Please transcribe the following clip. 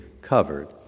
covered